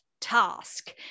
task